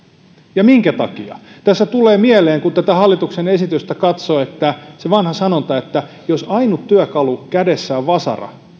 ja minkä takia tässä tulee mieleen kun tätä hallituksen esitystä katsoo se vanha sanonta että jos ainut työkalu kädessä on vasara